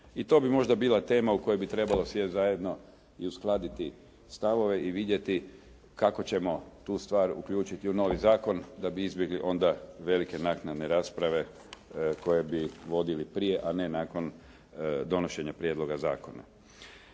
I to bi možda bila tema o kojoj bi trebalo sjesti zajedno i uskladiti stavove i vidjeti kako ćemo tu stvar uključiti u novi zakon da bi izbjegli onda velike naknadne rasprave koje bi vodili prije a ne nakon donošenja prijedloga zakona.